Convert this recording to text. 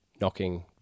knocking